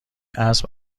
اسب